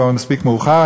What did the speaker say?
כבר מספיק מאוחר.